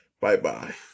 bye-bye